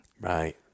Right